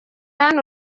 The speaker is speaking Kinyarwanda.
hano